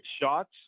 shots